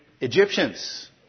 Egyptians